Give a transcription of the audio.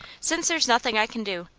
since there's nothing i can do,